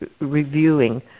reviewing